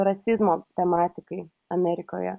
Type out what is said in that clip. rasizmo tematikai amerikoje